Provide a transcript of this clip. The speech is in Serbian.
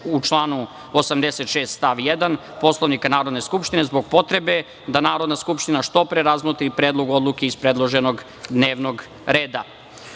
u članu 86. stav 1. Poslovnika Narodne skupštine, zbog potrebe da Narodna skupština što pre razmotri Predlog odluke iz predloženog dnevnog reda.U